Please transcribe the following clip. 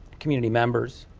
community members,